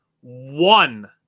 one